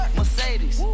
Mercedes